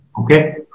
Okay